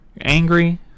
angry